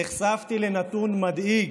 נחשפתי לנתון מדאיג,